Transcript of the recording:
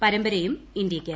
പരമ്പരയും ഇന്തൃയ്ക്ക്